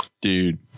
Dude